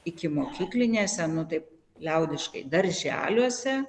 ikimokyklinėse taip liaudiškai darželiuose